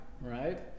right